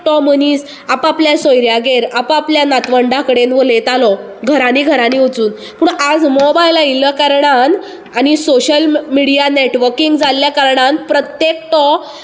तो मनीस आपआपल्या सोयऱ्यागेर आपआपल्या नातवंडा कडेन उलयतालो घरा घरांनी वचून पूण आयज मोबायल आयिल्ल्या कारणान आनी सोशियल मिडिया जाल्या कारणान प्रत्येकटो